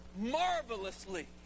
marvelously